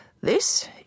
This